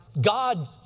God